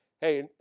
hey